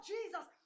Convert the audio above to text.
Jesus